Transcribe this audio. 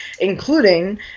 including